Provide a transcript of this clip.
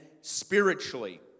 spiritually